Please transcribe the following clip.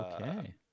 Okay